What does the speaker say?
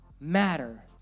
matter